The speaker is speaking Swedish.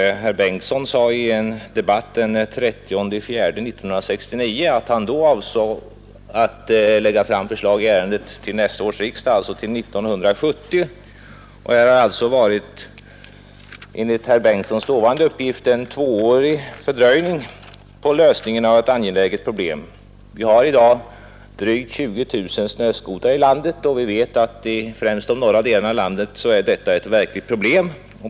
Herr Bengtsson sade i en debatt den 30 april 1969 att han då avsåg att lägga fram förslag i ärendet till nästa års riksdag, alltså till 1970 års. Det har därför om man utgår från herr Bengtssons dåvarande uppgift uppstått en tvåårig fördröjning med lösningen av ett angeläget problem. Vi har i dag drygt 20 000 snöskotrar i landet, och främst i de norra delarna av landet är detta ett verkligt problem.